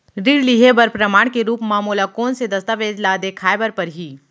ऋण लिहे बर प्रमाण के रूप मा मोला कोन से दस्तावेज ला देखाय बर परही?